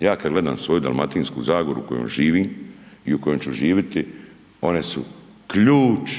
Ja kad gledam svoju Dalmatinsku zagoru u kojoj živim i u kojoj ću živiti one su ključ